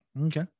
Okay